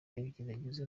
ibigeragezo